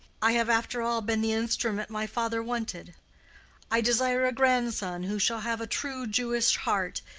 i have after all been the instrument my father wanted i desire a grandson who shall have a true jewish heart.